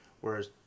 whereas